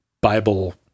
Bible